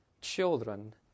children